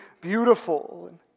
beautiful